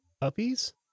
Puppies